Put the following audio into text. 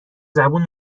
زبون